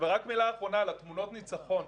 ורק מילה אחרונה על תמונות הניצחון.